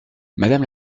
madame